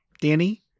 Danny